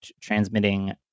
transmitting